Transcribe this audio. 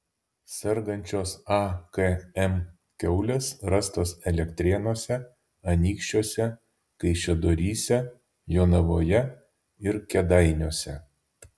sergančios akm kiaulės rastos elektrėnuose anykščiuose kaišiadoryse jonavoje ir kėdainiuose